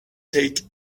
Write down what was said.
take